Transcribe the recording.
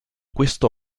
questo